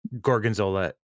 gorgonzola